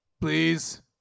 please